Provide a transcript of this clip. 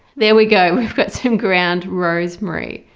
there we go we've got some ground rosemary.